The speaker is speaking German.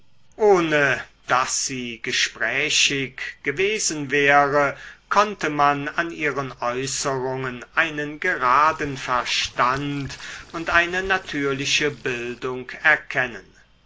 ohne daß sie gesprächig gewesen wäre konnte man an ihren äußerungen einen geraden verstand und eine natürliche bildung erkennen